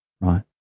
right